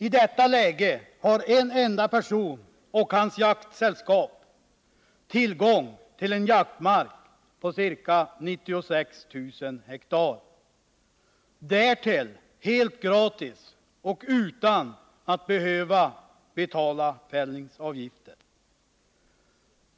I detta läge har en enda person och hans jaktsällskap tillgång till jaktmarker på ca 96 000 ha — helt gratis och utan att behöva betala fällningsavgifter.